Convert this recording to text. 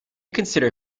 consider